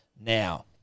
Now